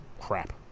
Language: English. crap